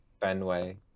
Fenway